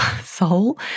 soul